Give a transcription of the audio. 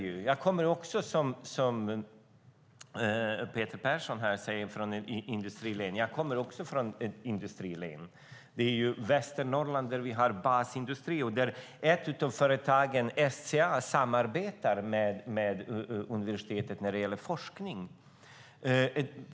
Jag, precis som Peter Persson, kommer från ett industrilän, Västernorrland, där vi har basindustri. Ett av företagen där, SCA, samarbetar med universitetet när det gäller forskning.